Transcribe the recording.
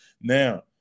Now